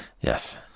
Yes